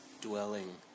dwelling